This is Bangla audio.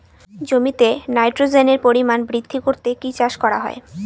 জমিতে নাইট্রোজেনের পরিমাণ বৃদ্ধি করতে কি চাষ করা হয়?